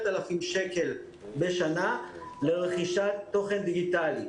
בסכום של כ-10,000 שקל בשנה לרכישת תוכן דיגיטלי.